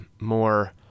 more